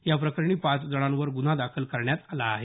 याप्रकरणी पाच जणांवर गुन्हा दाखल करण्यात आला आहे